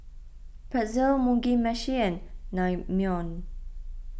Pretzel Mugi Meshi and Naengmyeon